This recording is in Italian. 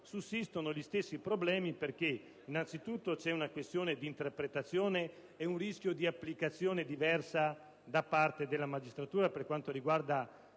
emergono gli stessi problemi. Innanzitutto, sussistono una questione di interpretazione ed un rischio di applicazione diversa da parte della magistratura, per quanto riguarda